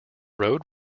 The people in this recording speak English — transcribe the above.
road